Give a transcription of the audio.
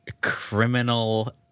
criminal